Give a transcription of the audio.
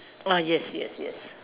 ah yes yes yes